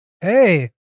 hey